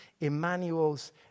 Emmanuel's